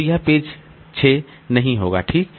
तो वह पेज 6 नहीं होगा ठीक